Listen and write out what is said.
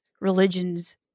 religions